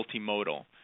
multimodal